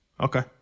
Okay